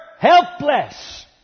helpless